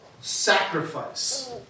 sacrifice